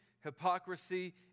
hypocrisy